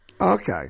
Okay